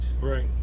Right